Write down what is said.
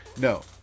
no